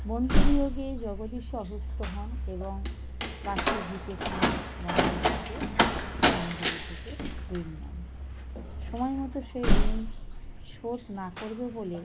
বন্ধুবিয়োগে জগদীশও অসুস্থ হন এবং বাস্তুভিটেখানি বন্ধক রেখে জমিদারী থেকে ঋণ নেন সময়মতো সেই ঋণ শোধ না করবে বলে